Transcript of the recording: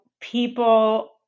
people